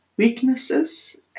weaknesses